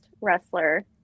wrestler